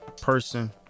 person